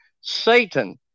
Satan